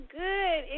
good